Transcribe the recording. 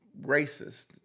racist